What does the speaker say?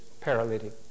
paralytic